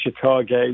Chicago